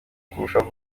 kurushaho